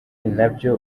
nabyo